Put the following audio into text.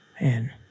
Man